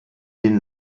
den